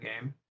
game